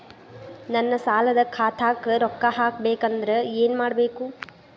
ನನ್ನ ಸಾಲದ ಖಾತಾಕ್ ರೊಕ್ಕ ಹಾಕ್ಬೇಕಂದ್ರೆ ಏನ್ ಮಾಡಬೇಕು?